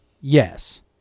Yes